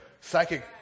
psychic